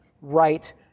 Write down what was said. right